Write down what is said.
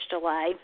delay